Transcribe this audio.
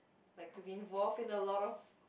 like to be involved in a lot of